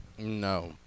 No